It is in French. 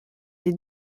des